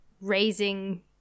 raising